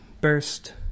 burst